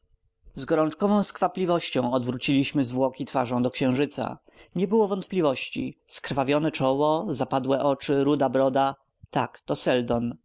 skazaniec z gorączkową skwapliwością odwróciliśmy zwłoki twarzą do księżyca nie było wątpliwości skrwawione czoło zapadłe oczy ruda broda tak to